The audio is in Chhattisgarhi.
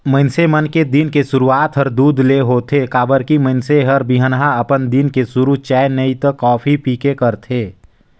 मइनसे मन के दिन के सुरूआत हर दूद ले होथे काबर की मइनसे हर बिहनहा अपन दिन के सुरू चाय नइ त कॉफी पीके करथे